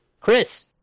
chris